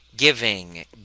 giving